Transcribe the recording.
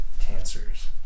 cancers